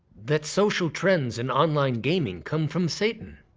that social trends and online gaming come from satan.